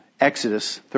Exodus